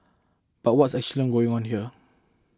but what's actually going on here